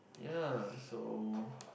yea so